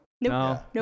No